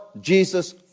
Jesus